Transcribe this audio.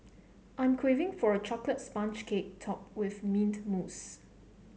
I am craving for a chocolate sponge cake topped with mint mousse